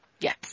Yes